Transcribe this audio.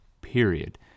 period